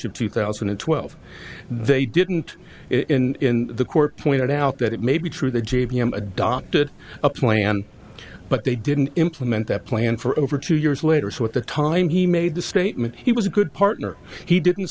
of two thousand and twelve they didn't in the court pointed out that it may be true the j v i'm adopted a plan but they didn't implement that plan for over two years later so at the time he made the statement he was a good partner he didn't